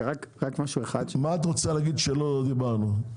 מה את רוצה לומר שלא אמרנו?